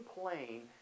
plane